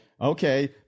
okay